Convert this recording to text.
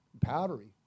powdery